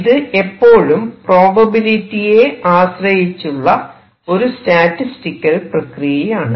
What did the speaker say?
ഇത് എപ്പോഴും പ്രോബബിലിറ്റിയെ ആശ്രയിച്ചുള്ള ഒരു സ്റ്റാറ്റിസ്റ്റിക്കൽ പ്രക്രിയയാണ്